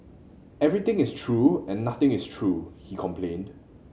everything is true and nothing is true he complained